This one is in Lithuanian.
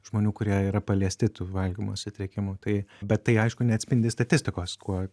žmonių kurie yra paliesti tų valgymo sutrikimų tai bet tai aišku neatspindi statistikos kuo